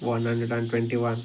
one hundred and twenty one